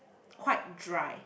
quite dry